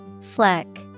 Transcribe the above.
Fleck